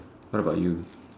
what about you